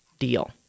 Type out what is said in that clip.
deal